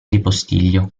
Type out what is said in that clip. ripostiglio